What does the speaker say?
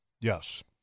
Yes